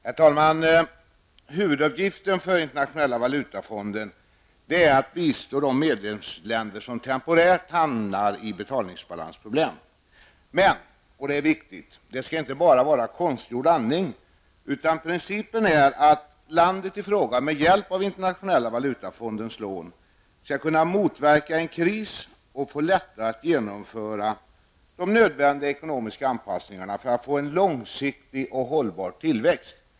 Herr talman! Huvuduppgiften för Internationella valutafonden är att bistå de medlemsländer som temporärt hamnar i betalningsbalansproblem. Men, och det är viktigt, det skall inte bara vara konstgjord andning, utan principen är att landet i fråga med hjälp av Internationella valutafondens lån skall kunna motverka en kris och lättare kunna genomföra nödvändiga ekonomiska anpassningar, detta för att få en långsiktig och hållbar tillväxt.